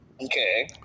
Okay